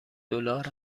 دلار